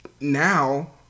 now